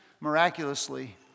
Miraculously